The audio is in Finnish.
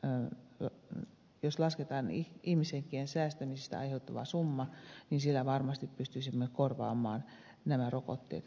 o o o jos lasketaan ihmishenkien säästämisestä aiheutuva summa niin sillä varmasti pystyisimme korvaamaan nämä rokotteet kevyesti